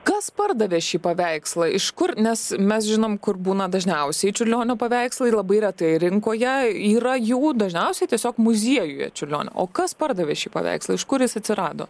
kas pardavė šį paveikslą iš kur nes mes žinom kur būna dažniausiai čiurlionio paveikslai labai retai rinkoje yra jų dažniausiai tiesiog muziejuje čiurlionio o kas pardavė šį paveikslą iš kur jis atsirado